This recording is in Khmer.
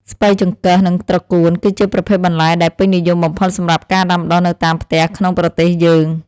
ស្ពៃចង្កឹះ និងត្រកួនគឺជាប្រភេទបន្លែដែលពេញនិយមបំផុតសម្រាប់ការដាំដុះនៅតាមផ្ទះក្នុងប្រទេសយើង។